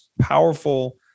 powerful